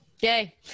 Yay